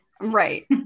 Right